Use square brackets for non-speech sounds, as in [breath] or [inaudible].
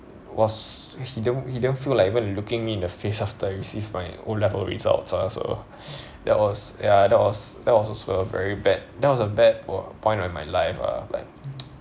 was he didn't he didn't feel like want to looking me in the face after receive my O level results ah so [breath] that was ya that was that was also a very bad that was a bad wa~ point of my life ah like [noise]